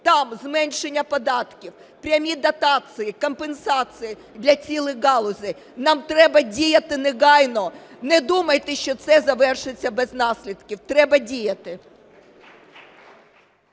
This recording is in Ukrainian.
Там зменшення податків, прямі дотації, компенсації для цілих галузей. Нам треба діяти негайно. Не думайте, що це завершиться без наслідків, треба діяти.